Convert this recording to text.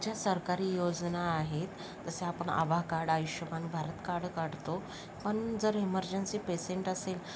ज्या सरकारी योजना आहेत जसे आपण आभा कार्ड आयुष्यमान भारत कार्ड काढतो पण जर इमर्जन्सी पेशंट असेल